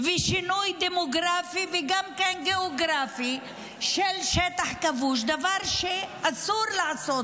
ושינוי דמוגרפי וגם גיאוגרפי של שטח כבוש הוא דבר שאסור לעשות,